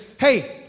hey